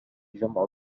جمع